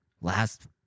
last